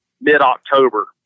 mid-October